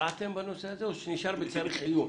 הכרעתם בנושא הזה או שהוא נשאר בצריך עיון?